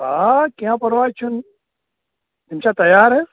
آ کیٚنٛہہ پرواے چھُنہٕ تِم چھا تیار حط